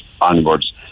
onwards